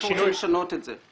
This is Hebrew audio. אנחנו רוצים לשנות את זה.